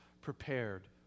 prepared